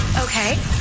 Okay